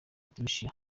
tricia